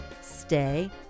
Stay